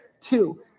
two